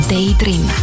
Daydream